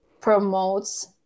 promotes